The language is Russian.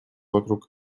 вокруг